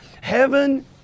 Heaven